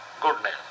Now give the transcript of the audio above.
goodness